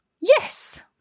Yes